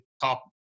top